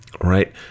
right